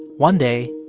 one day,